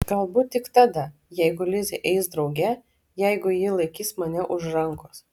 galbūt tik tada jeigu lizė eis drauge jeigu ji laikys mane už rankos